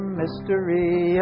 mystery